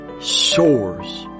soars